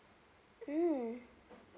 mm